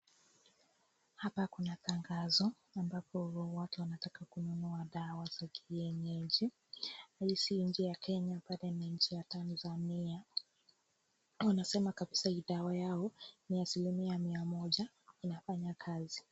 Hapa kuna tangazo ambapo watu wanataka kununua dawa za kienyeji, hii si nchi ya Kenya bali ni nchi ya Tanzania , wanasema kabisa hii dawa yao ni asilimia mia moja inafanya kazi.